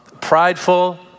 prideful